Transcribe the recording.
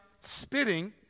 spitting